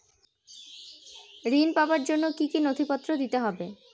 ঋণ পাবার জন্য কি কী নথিপত্র দিতে হবে?